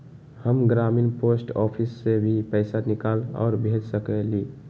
हम ग्रामीण post office से भी पैसा निकाल और भेज सकेली?